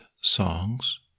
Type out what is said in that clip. songs